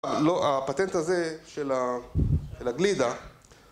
‫הפטנט הזה של הגלידה...